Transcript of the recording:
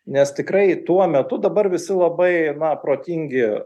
nes tikrai tuo metu dabar visi labai protingi